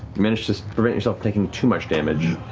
manage to prevent yourself taking too much damage,